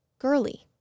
girly